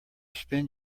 spend